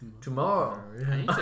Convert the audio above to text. tomorrow